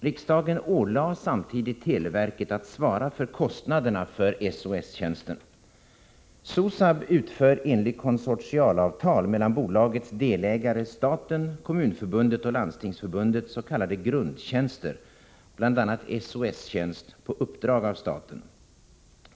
Riksdagen ålade samtidigt televerket att svara för SOSAB utför enligt konsortialavtal mellan bolagets delägare staten, Kommunförbundet och Landstingsförbundet s.k. grundtjänster, bl.a. SOS tjänst, på uppdrag av staten.